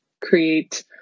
create